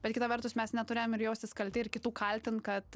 bet kita vertus mes neturėjom ir jaustis kalti ir kitų kaltint kad